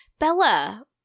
Bella